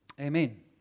Amen